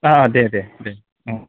औ दे दे दे